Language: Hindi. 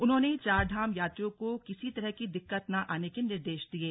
उन्होंने चारघाम यात्रियों को किसी तरह की दिक्कत न आने के निर्देश दिये